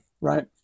right